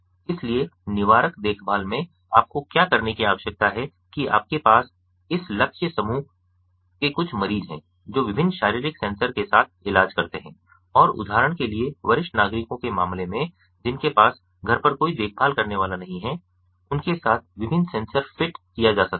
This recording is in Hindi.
इसलिए निवारक देखभाल में आपको क्या करने की आवश्यकता है कि आपके पास इस लक्ष्य समूह के कुछ मरीज़ हैं जो विभिन्न शारीरिक सेंसर के साथ इलाज करते हैं और उदाहरण के लिए वरिष्ठ नागरिकों के मामले में जिनके पास घर पर कोई देखभाल करने वाला नहीं है उनके साथ विभिन्न सेंसर फिट किया जा सकता है